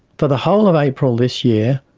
for the whole of april this year,